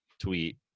tweet